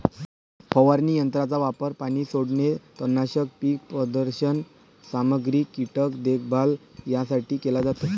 फवारणी यंत्राचा वापर पाणी सोडणे, तणनाशक, पीक प्रदर्शन सामग्री, कीटक देखभाल यासाठी केला जातो